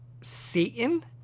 Satan